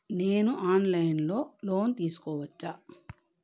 నేను online లో loan తీసుకోవచ్చా?